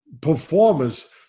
performers